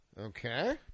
Okay